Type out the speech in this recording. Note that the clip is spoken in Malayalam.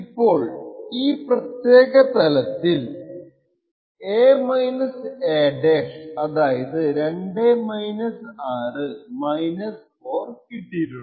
ഇപ്പോൾ ഈ പ്രത്യേക തലത്തിൽ a - a അതായത് 2 - 6 4 കിട്ടിയിട്ടുണ്ട്